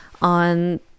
on